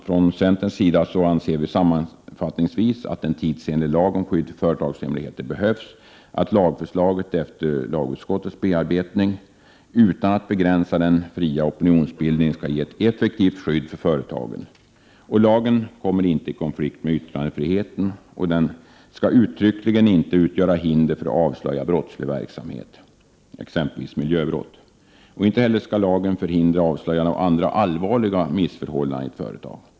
Sammanfattningsvis anser vi i centern att en tidsenlig lag om skydd för företagshemligheter behövs och att lagförslaget efter lagutskottets bearbetning -— utan att begränsa den fria opinionsbildningen — skall utgöra ett effektivt skydd för företagen. Lagen kommer inte i konflikt med yttrandefriheten, och den skall uttryckligen inte utgöra något hinder när det gäller att avslöja brottslig verksamhet, exempelvis miljöbrott. Inte heller skall lagen förhindra avslöjanden av andra allvarliga missförhållanden i ett företag.